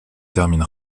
termine